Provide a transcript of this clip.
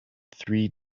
three